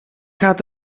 gaat